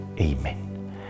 Amen